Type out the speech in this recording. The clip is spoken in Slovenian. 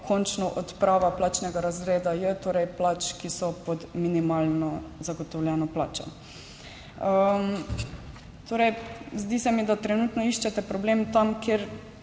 odprava plačnega razreda J, torej plač, ki so pod minimalno zagotovljeno plačo. Zdi se mi, da trenutno iščete problem tam, kjer